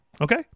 Okay